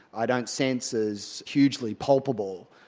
i don't sense is hugely palpable,